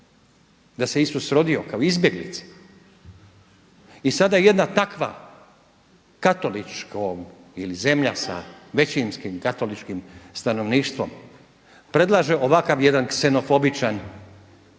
da se Isus rodio kao izbjeglica. I sada jedna takva katoličko ili zemlja sa većinskim katoličkim stanovništvom predlaže ovakav jedan ksenofobičan